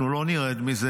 אנחנו לא נרד מזה.